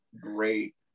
great